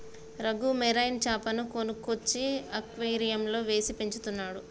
Raghu marine చాపను కొనుక్కొచ్చి అక్వేరియంలో వేసి పెంచుతున్నాడు